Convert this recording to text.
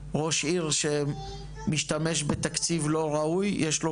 ראש עיר שמשתמש בתקציב לא ראוי יש לו